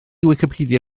wicipedia